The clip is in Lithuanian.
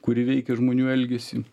kuri veikia žmonių elgesį